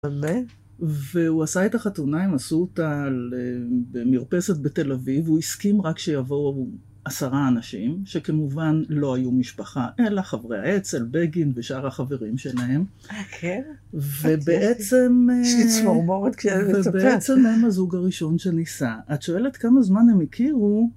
והוא עשה את החתונה, הם עשו אותה במרפסת בתל אביב והוא הסכים רק שיבואו עשרה אנשים שכמובן לא היו משפחה אלא חברי האצל, בגין ושאר החברים שלהם ובעצם הם הזוג הראשון שנישא את שואלת כמה זמן הם הכירו...